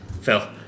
Phil